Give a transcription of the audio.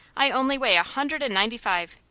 i only weigh a hundred and ninety-five.